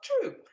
true